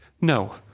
No